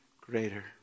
greater